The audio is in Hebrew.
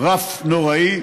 רף נוראי,